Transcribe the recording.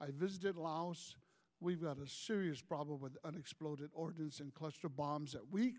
i visited laos we've got a serious problem with unexploded ordnance and cluster bombs that we